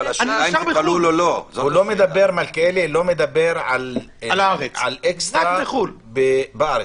מלכיאלי לא מדבר על אקסטרה בארץ.